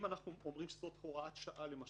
אם אנחנו אומרים שזו הוראת שעה, למשל,